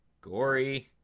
gory